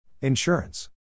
Insurance